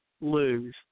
lose